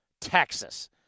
Texas